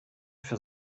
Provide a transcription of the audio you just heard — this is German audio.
für